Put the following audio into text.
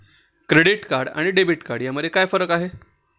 Credit card आणि debit card यामध्ये काय फरक आहे?